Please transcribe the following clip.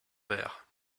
verre